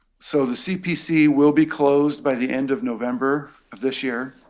so the cpc will be closed by the end of november of this year.